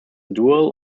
dual